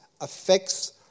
affects